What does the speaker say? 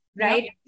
Right